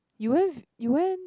you went with you went